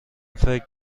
فکر